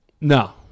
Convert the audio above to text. No